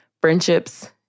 friendships